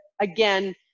again